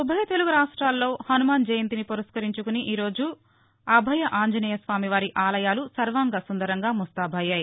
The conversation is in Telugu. ఉభయ తెలుగు రాష్టాల్లో హనుమాన్ జయంతి పురస్కరించుకొని ఈ రోజు అభయ ఆంజనేయస్వామివారి ఆలయాలు సర్వాంగ సుందరంగా ముస్తాబయ్యాయి